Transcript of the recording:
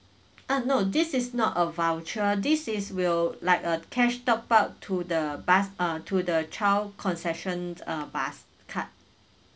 ah no this is not a voucher this is will like a cash top up to the bus uh to the child concessions uh bus card